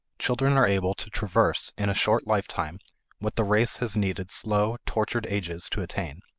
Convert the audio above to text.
children are able to traverse in a short lifetime what the race has needed slow, tortured ages to attain.